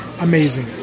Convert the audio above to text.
Amazing